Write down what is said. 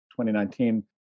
2019